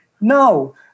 no